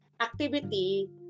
activity